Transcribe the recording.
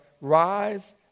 Rise